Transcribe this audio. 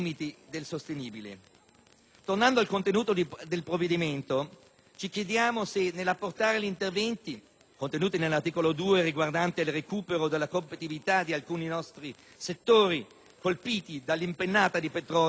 Tornando al contenuto del provvedimento, ci chiediamo se nell'approntare gli interventi contenuti nell'articolo 2, riguardante il recupero della competitività di alcuni nostri settori colpiti dall'impennata dei prezzi dei prodotti petroliferi,